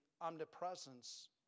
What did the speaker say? omnipresence